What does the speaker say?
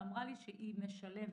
שאמרה לי שהיא משלבת.